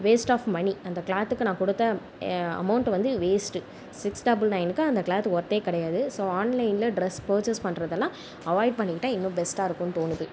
waste of money அந்த கிளாத்துக்கு நான் கொடுத்த அமௌன்ட் வந்து வேஸ்ட் சிக்ஸ் டபுள் நைன்னுக்கு அந்த கிளாத் ஒர்த்தே கிடையாது ஸோ ஆன்லைனில் ட்ரெஸ் பர்சேஸ் பண்ணுறதெல்லாம் அவாய்ட் பண்ணிக்கிட்டால் இன்னும் பெஸ்டாக இருக்குன்ணு தோணுது